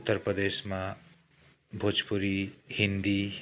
उत्तर प्रदेशमा भोजपुरी हिन्दी